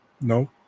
No